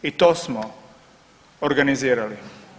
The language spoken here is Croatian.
I to smo organizirali.